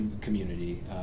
community